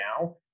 now